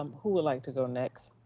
um who would like to go next?